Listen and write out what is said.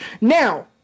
Now